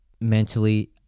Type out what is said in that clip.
mentally